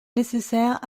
nécessaire